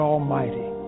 Almighty